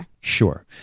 Sure